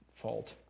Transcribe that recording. fault